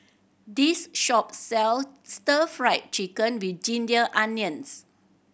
this shop sells Stir Fry Chicken with ginger onions